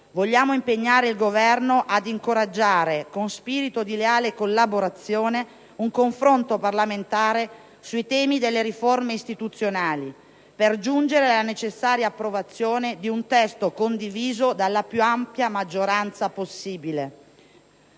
fronte, impegna il Governo: ad incoraggiare, con spirito di leale collaborazione, un confronto parlamentare sui temi delle riforme istituzionali, per giungere alla necessaria approvazione di un testo condiviso dalla più ampia maggioranza